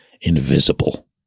invisible